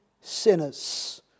sinners